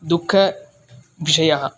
दुःखविषयः